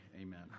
Amen